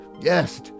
yes